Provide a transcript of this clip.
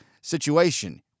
situation